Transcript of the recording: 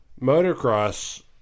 motocross